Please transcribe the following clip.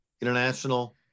international